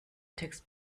text